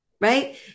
Right